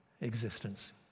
existence